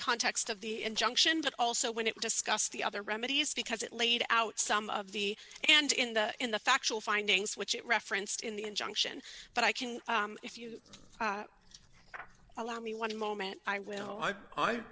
context of the injunction but also when it discussed the other remedies because it laid out some of the and in the in the factual findings which it referenced in the injunction but i can if you allow me one moment i will i